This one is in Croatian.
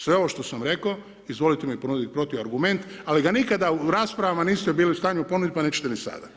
Sve ovo što sam vam rekao izvolite mi ponudit protuargument, ali ga nikada u raspravama niste bili u stanju ponuditi pa nećete ni sada. ... [[upadica ne razumije se]] Molim?